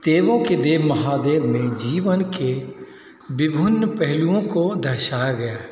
देवों के देव महादेव में जीवन के विभिन्न पहलुओं को दर्शाया गया है